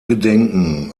gedenken